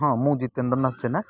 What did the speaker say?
ହଁ ମୁଁ ଜିତେନ୍ଦ୍ରନାଥ ଜେନା